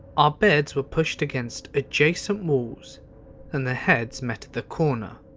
our beds were pushed against adjacent walls and the heads met at the corner.